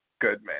Goodman